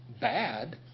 bad